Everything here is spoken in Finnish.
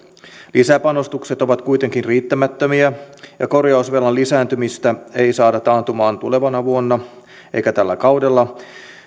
lisäpanostukset ovat kuitenkin riittämättömiä ja korjausvelan lisääntymistä ei saada taantumaan tulevana vuonna eikä tällä kaudella